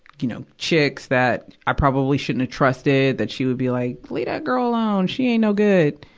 you know, chicks that i probably shouldn't've trusted, that she would be, like, leave that girl alone! she ain't no good!